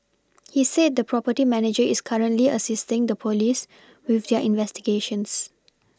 he said the property manager is currently assisting the police with their investigations